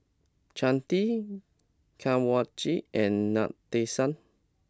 Chandi Kanwaljit and Nadesan